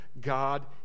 God